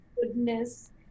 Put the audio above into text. goodness